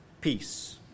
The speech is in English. Peace